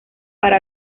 para